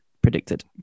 predicted